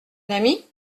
ami